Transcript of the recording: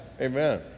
Amen